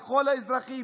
לכל האזרחים,